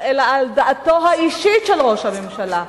אלא על דעתו האישית של ראש הממשלה.